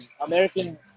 American